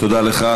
תודה לך.